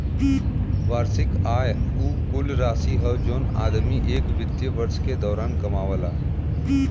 वार्षिक आय उ कुल राशि हौ जौन आदमी एक वित्तीय वर्ष के दौरान कमावला